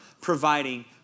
providing